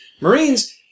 Marines